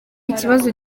ikibazo